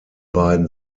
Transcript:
beiden